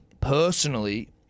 personally